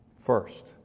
first